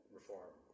reform